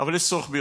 אבל יש צורך ביותר.